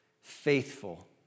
faithful